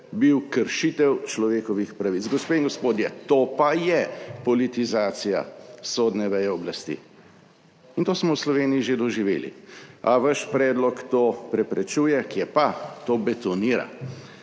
kršitev človekovih pravic. Gospe in gospodje, to pa je politizacija sodne veje oblasti. In to smo v Sloveniji že doživeli. Ali vaš predlog to preprečuje? Kje pa! To betonira.